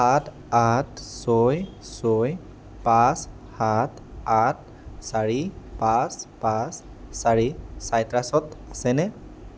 সাত আঠ ছয় ছয় পাঁচ সাত আঠ চাৰি পাঁচ পাঁচ চাৰি চাইট্ৰাছত আছেনে